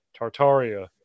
tartaria